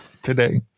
today